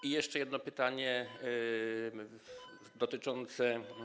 I jeszcze jedno pytanie, dotyczące.